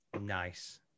Nice